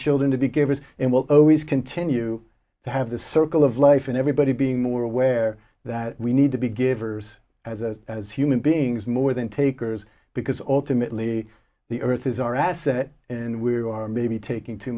children to be givers and will always continue to have the circle of life and everybody being more aware that we need to be givers as a as human beings more than takers because ultimately the earth is our asset and we are maybe taking too